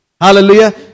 Hallelujah